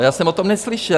Já jsem o tom neslyšel.